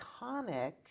iconic